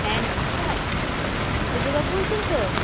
হ্যাঁ নমস্কার বুদ্ধদেব বাবু বলছেন তো